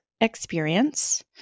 experience